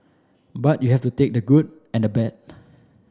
but you have to take the good and the bad